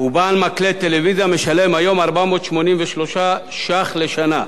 ובעל מקלט טלוויזיה משלם היום 483 ש"ח לשנה.